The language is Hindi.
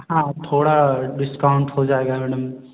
हाँ थोड़ा डिस्काउन्ट हो जाएगा मैडम